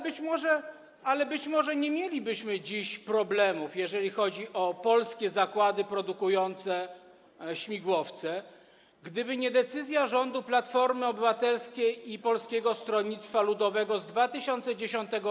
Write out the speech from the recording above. Być może nie mielibyśmy dziś problemów, jeżeli chodzi o polskie zakłady produkujące śmigłowce, gdyby nie decyzja rządu Platformy Obywatelskiej i Polskiego Stronnictwa Ludowego z roku 2010.